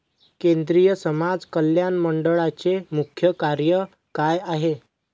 केंद्रिय समाज कल्याण मंडळाचे मुख्य कार्य काय आहे?